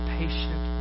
patient